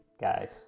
guys